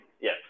Yes